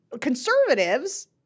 conservatives